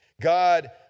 God